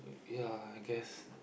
yeah I guess